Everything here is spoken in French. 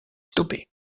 stoppé